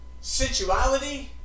sensuality